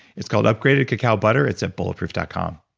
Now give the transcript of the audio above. it's called upgraded cacao butter, it's at bulletproof dot com.